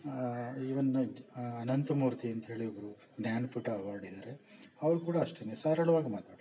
even Ananthamurthy ಅಂತ ಹೇಳಿ ಒಬ್ಬರು ಜ್ಞಾನಪೀಠ ಅವಾರ್ಡ್ ಇದ್ದಾರೆ ಅವ್ರು ಕೂಡ ಅಷ್ಟೆ ಸರಳ್ವಾಗಿ ಮಾತಾಡೋರು